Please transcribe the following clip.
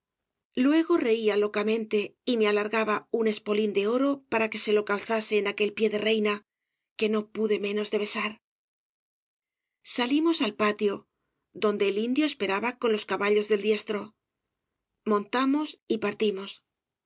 luego reía locamente y me alargaba un espolín de oro para que se lo calzase en aquel pie de reina que no uáe menos de besar salimos al patio donde el indio esperaba con los caballos del diestro montamos y partimos